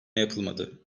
yapılmadı